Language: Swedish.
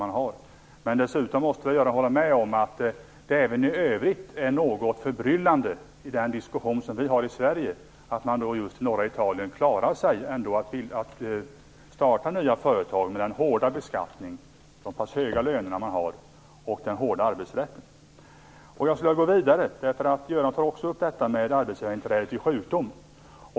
Men Göran Hägglund måste väl hålla med om att det i den svenska debatten måste framstå som något förbryllande att man i norra Italien klarar att starta nya företag, trots den hårda beskattning, de så pass höga löner och den hårda arbetsrätt som man där har. Göran Hägglund tog också upp arbetsgivarinträdet vid sjukdom.